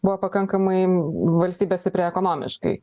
buvo pakankamai valstybė stipri ekonomiškai